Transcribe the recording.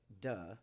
duh